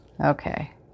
Okay